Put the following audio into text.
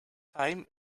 time